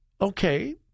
Okay